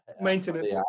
maintenance